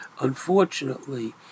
unfortunately